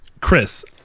Chris